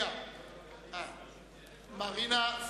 עתניאל